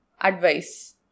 advice